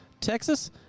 Texas